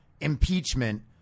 impeachment